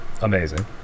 amazing